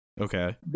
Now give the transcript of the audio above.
Okay